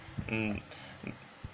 mm